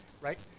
right